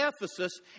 Ephesus